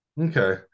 Okay